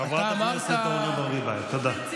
חברת הכנסת אורנה ברביבאי, תודה.